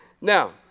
Now